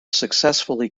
successfully